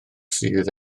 sydd